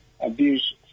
abuse